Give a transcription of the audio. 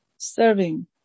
serving